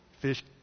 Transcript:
Fish